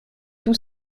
tout